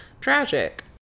Tragic